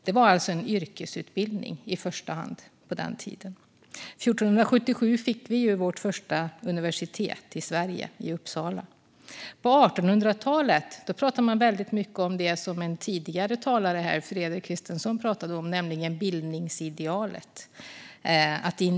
Det var alltså i första hand en yrkesutbildning på den tiden. År 1477 fick vi vårt första universitet i Sverige, i Uppsala. På 1800-talet pratade man väldigt mycket om det som en tidigare talare här, Fredrik Christensson, pratade om, nämligen bildningsidealet.